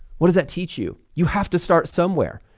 what does that teach you? you have to start somewhere.